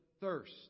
thirst